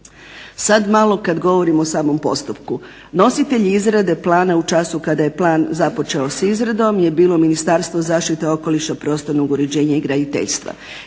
Sad malo kad govorim o samom postupku. Nositelji izrade plana u času kada je plan započeo sa izradom je bilo Ministarstvo zaštite okoliša, prostornog uređenja i graditeljstva.